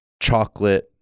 chocolate